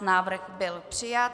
Návrh byl přijat.